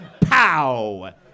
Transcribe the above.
Pow